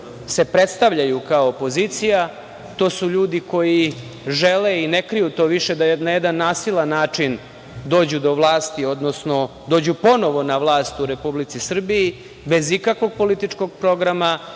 predstavljaju kao opozicija. To su ljudi koji žele i ne kriju to više da na jedan nasilan način dođu do vlasti, odnosno dođu ponovo na vlast u Republici Srbiji bez ikakvog političkog programa,